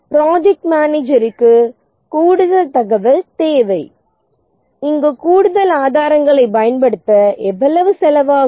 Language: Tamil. ப்ரொஜக்ட் மேனேஜருக்கு கூடுதல் தகவல் தேவை இங்கு கூடுதல் ஆதாரங்களை பயன்படுத்த எவ்வளவு செலவாகும்